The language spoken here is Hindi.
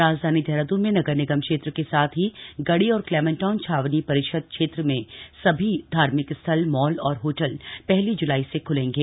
राजधानी देहरादून में नगर निगम क्षेत्र के साथ ही गढ़ी और क्लेमेंटटाउन छावनी परिषद क्षेत्र में सभी धार्मिक स्थल मॉल और होटल पहली जुलाई से ख़्लेंगे